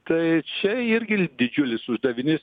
tai čia irgi didžiulis uždavinys